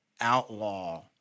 outlaw